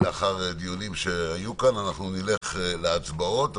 לאחר דיונים שהיו כאן אנחנו נלך להצבעות.